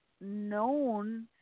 known